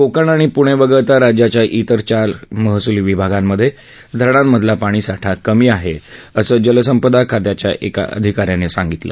कोकण आणि पुणे वगळता राज्याच्या तिर चार महसूल विभागांमधे धरणांमधला पाणीसाठा कमी आहे असं जलसंपदा खात्याच्या एका अधिका यानं सांगितलं